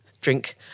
drink